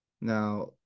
Now